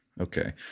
Okay